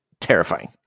Terrifying